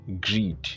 greed